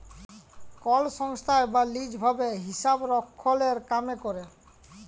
call সংস্থায় বা lease ভাবে হিসাবরক্ষলের কামে ক্যরে